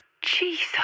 Jesus